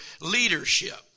leadership